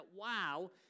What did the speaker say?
wow